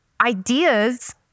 ideas